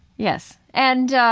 yes. and, ah,